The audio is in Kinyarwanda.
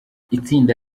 itsinda